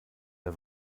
der